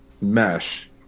mesh